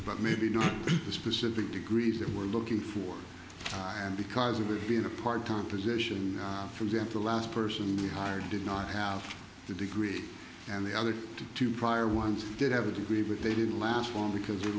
but maybe not the specific degrees they were looking for and because of it being a part time position forget the last person you hired did not have the degree and the other two prior ones did have a degree but they didn't last long because they're